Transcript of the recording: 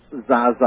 Zaza